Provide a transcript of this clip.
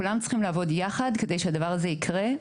כולם צריכים לעבוד יחד כדי שהדבר הזה יקרה.